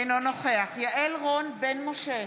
אינו נוכח יעל רון בן משה,